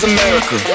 America